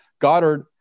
Goddard